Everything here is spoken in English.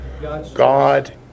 God